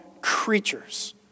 creatures